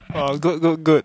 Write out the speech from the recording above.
ah good good good